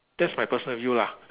that's my personal view lah